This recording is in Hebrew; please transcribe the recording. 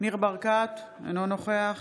ניר ברקת, אינו נוכח